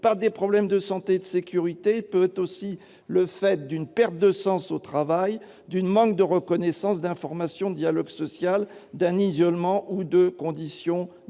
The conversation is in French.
par des problèmes de santé et de sécurité ou du fait d'une perte de sens au travail, d'un manque de reconnaissance, d'information, de dialogue social, d'un isolement ou de conditions de